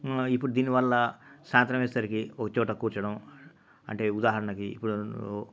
ఇప్పుడు దాని వల్ల సాయంత్రం అయ్యేసరికి ఒక చోట కూర్చోవటం అంటే ఉదాహరణకి ఇప్పుడు